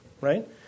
right